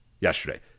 yesterday